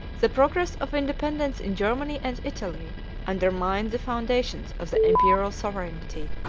the progress of independence in germany and italy undermined the foundations of the imperial sovereignty,